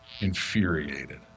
infuriated